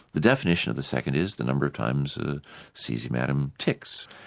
the definition of the second is the number of times a caesium atom ticks.